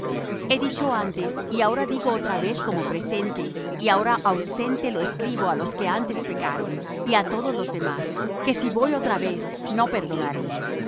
he dicho antes y ahora digo otra vez como presente y ahora ausente lo escribo á los que antes pecaron y á todos los demás que si voy otra vez no perdonaré